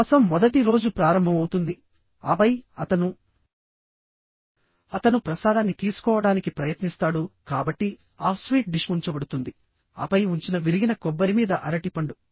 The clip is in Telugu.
ఉపవాసం మొదటి రోజు ప్రారంభమవుతుందిఆపై అతను అతను ప్రసాదాన్ని తీసుకోవడానికి ప్రయత్నిస్తాడు కాబట్టి ఆహ్ స్వీట్ డిష్ ఉంచబడుతుంది ఆపై ఉంచిన విరిగిన కొబ్బరి మీద అరటిపండు